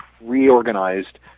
reorganized